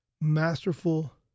Masterful